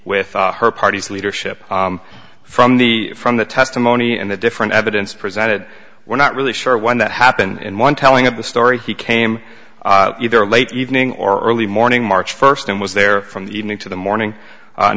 with her party's leadership from the from the testimony and the different evidence presented we're not really sure one that happened in one telling of the story he came either late evening or early morning march first and was there from the evening to the morning on